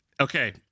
Okay